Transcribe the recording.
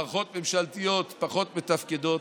מערכות ממשלתיות פחות מתפקדות,